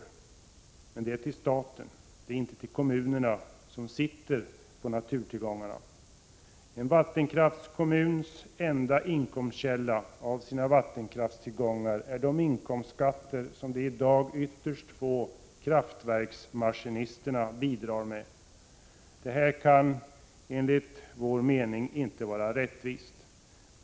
Men dessa pengar går till staten, inte till de kommuner som sitter på naturtillgångarna. En vattenkraftskommuns enda inkomstkälla från sina vattenkraftstillgångar är de inkomstskatter som de i dag ytterst få kraftverksmaskinisterna bidrar med. Detta kan enligt vår mening inte vara rättvist.